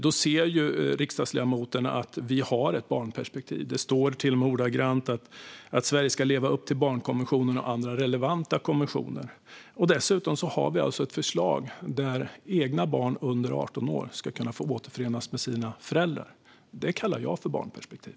Då ser han att vi har ett barnperspektiv. Det står till och med ordagrant att Sverige ska leva upp till barnkonventionen och andra relevanta konventioner. Dessutom har vi alltså ett förslag om att egna barn under 18 år ska kunna få återförenas med sina föräldrar. Det kallar jag för barnperspektiv.